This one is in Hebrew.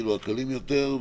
הקלים יותר,